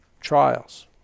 trials